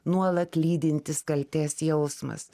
nuolat lydintis kaltės jausmas